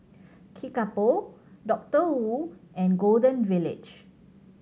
Kickapoo Doctor Wu and Golden Village